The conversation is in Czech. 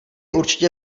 určitě